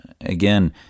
again